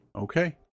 Okay